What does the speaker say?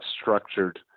structured